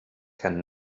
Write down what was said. can